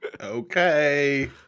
Okay